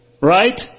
Right